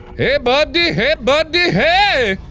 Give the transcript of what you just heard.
hey buddy! hey buddy! hey!